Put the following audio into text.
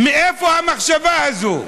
מאיפה המחשבה הזאת?